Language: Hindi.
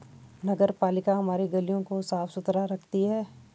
नगरपालिका हमारी गलियों को साफ़ सुथरा रखती है